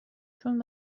چون